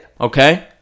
Okay